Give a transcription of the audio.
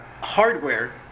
hardware